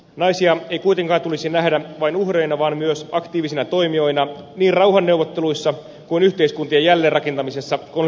naisia ei kuitenkaan tulisi nähdä vain uhreina vaan myös aktiivisina toimijoina niin rauhanneuvotteluissa kuin yhteiskuntien jälleenrakentamisessa konfliktien jälkeen